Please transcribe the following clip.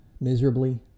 miserably